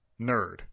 nerd